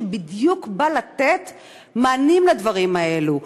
שבדיוק בא לתת מענים לדברים האלו.